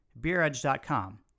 beeredge.com